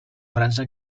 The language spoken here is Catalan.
frança